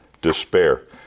despair